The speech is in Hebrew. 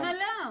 למה לא?